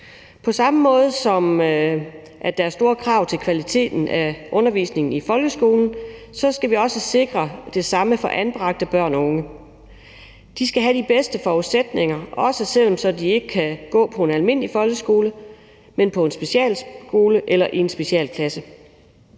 På samme måde, som der er store krav til kvaliteten af undervisningen i folkeskolen, skal vi også sikre det for anbragte børn unge. De skal have de bedste forudsætninger, også selv om de så ikke kan gå i en almindelig folkeskole, men i en specialskole eller i en specialklasse.